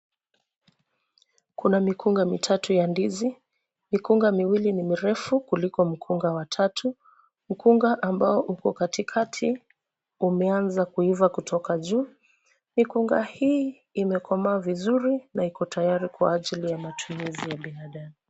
Kuna mikunga mitatu ya ndizi, mikunga miwili ni mirefu kuliko mkunga wa tatu. Mkunga ambao uko katikati umeanza kuiva kutoka juu, mikunga hii imekomaa vizuri na iko tayari kwa ajili ya matumizi ya binadamu.